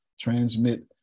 Transmit